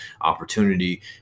opportunity